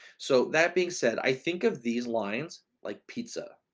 so that being said, i think of these lines like pizza,